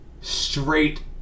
straight